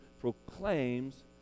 proclaims